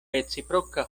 reciproka